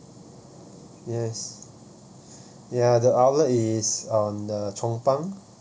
yes ya the outlet is on the chong pang